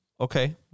Okay